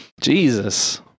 Jesus